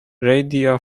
radio